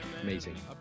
Amazing